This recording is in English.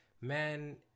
man